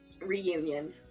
reunion